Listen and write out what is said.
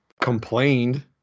complained